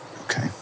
Okay